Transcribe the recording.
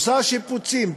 עושות שיפוצים,